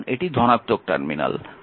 কারণ এটি ধনাত্মক টার্মিনাল